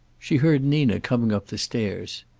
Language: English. she heard nina coming up the stairs.